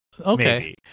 Okay